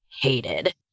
Hated